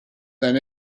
then